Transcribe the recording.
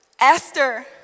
Esther